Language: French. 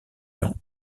heure